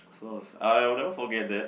so I was like I'll never forget that